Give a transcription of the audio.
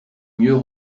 mieux